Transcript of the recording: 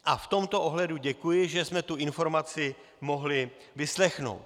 A v tomto ohledu děkuji, že jsme tu informaci mohli vyslechnout.